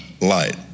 light